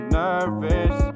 nervous